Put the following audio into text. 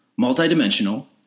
multidimensional